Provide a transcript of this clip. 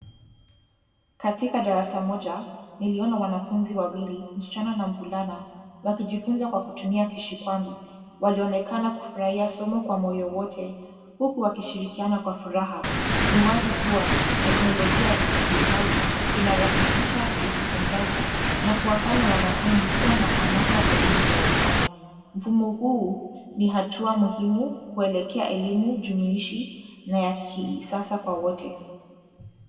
Katika darasa moja ,niliona wanafunzi wawili ,msichana na mvulana wakijifunza kwa kutumia kishikwambi. Walionekana kufurahia somo kwa moyo wote, huku wakishirikiana kwa furaha. Ni wazi kuwa teknolojia ya kidijitali, inarahisisha kujifunzaji na kuwafanya wanafunzi kuwa na hamasa zaidi darasani. Mfumo huu, ni hatua muhimu kuelekea elimu jumuishi na yakisasa kwa wote.